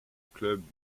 club